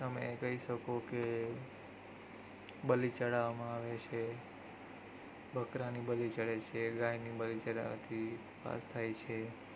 તમે કહી શકો કે બલી ચડાવવામાં આવે બકરાની બલી ચડે છે ગાયની બલી ચડાવવાથી પાસ થાય છે